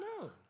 No